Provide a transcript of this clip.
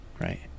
Right